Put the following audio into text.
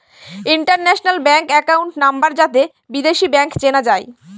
international bank account number যাতে বিদেশী bank চেনা যায়